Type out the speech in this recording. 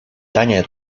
danie